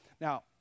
Now